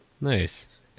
nice